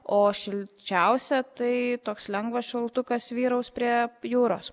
o šilčiausia tai toks lengvas šaltukas vyraus prie jūros